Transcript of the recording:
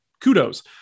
kudos